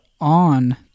on